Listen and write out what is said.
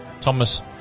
Thomas